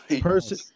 Person